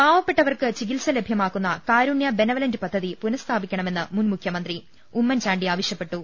പാവപ്പെട്ട വർക്ക് ചികിത്സ ലഭ്യ മാക്കുന്ന കാരുണ്യ ബെനവലന്റ് പദ്ധതി പുനഃസ്ഥാപിക്കണമെന്ന് മുൻമുഖ്യമന്ത്രി ഉമ്മൻചാണ്ടി ആവശ്യപ്പെട്ടു